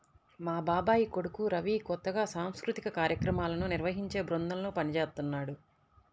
మా బాబాయ్ కొడుకు రవి కొత్తగా సాంస్కృతిక కార్యక్రమాలను నిర్వహించే బృందంలో పనిజేత్తన్నాడు